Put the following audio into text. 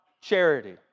charity